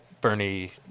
bernie